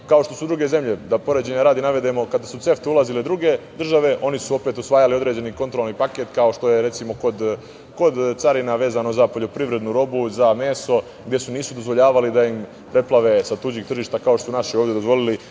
kao što su druge zemlje, poređenja radi da navedemo, kada su u CEFTA ulazile druge države, oni su opet usvajali određeni kontrolni paket kao što je, recimo, kod carina vezano za poljoprivrednu robu, za meso, gde nisu dozvoljavali da ih preplave sa tuđih tržišta, kao što su naši ovde dozvolili